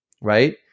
right